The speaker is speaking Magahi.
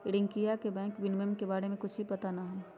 रियंकवा के बैंक विनियमन के बारे में कुछ भी पता ना हई